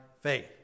faith